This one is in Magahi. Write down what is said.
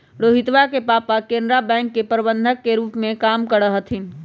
रोहितवा के पापा केनरा बैंक के प्रबंधक के रूप में काम करा हथिन